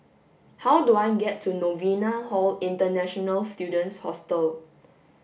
how do I get to Novena Hall International Students Hostel